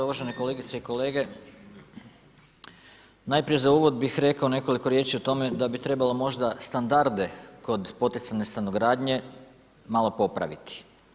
Uvažene kolegice i kolege, najprije za uvod bi rekao nekoliko riječi o tome, da bi trebalo možda standarde kod poticajne stanogradnje malo popraviti.